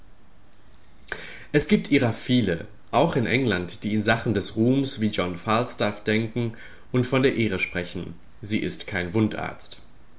es gibt ihrer viele auch in england die in sachen des ruhmes wie john falstaff denken und von der ehre sprechen sie ist kein wundarzt